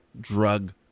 drug